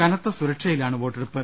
കനത്ത സുര ക്ഷയിലാണ് വോട്ടെടുപ്പ്